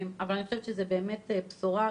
אבל אני חושבת שזו באמת בשורה.